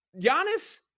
Giannis